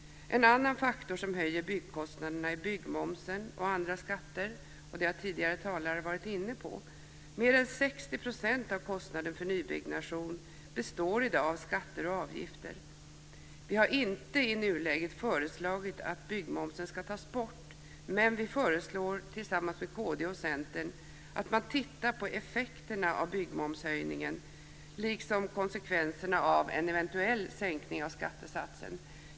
En annan faktor som höjer byggkostnaderna är byggmomsen och andra skatter. Det har tidigare talare varit inne på. Mer än 60 % av kostnaden för nybyggnation består i dag av skatter och avgifter. Vi har inte i nuläget föreslagit att byggmomsen ska tas bort, men vi föreslår tillsammans med Kristdemokraterna och Centern att man tittar på effekterna av byggmomshöjningen liksom konsekvenserna av en eventuell sänkning av skattesatsen.